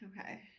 Okay